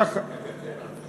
אפשר לקצר.